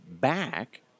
back